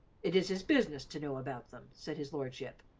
it is his business to know about them, said his lordship.